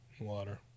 water